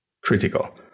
critical